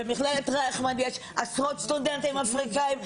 במכללת רייכמן יש עשרות סטודנטים אפריקאים,